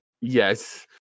Yes